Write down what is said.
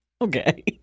Okay